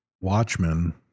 Watchmen